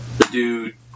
dude